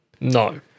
No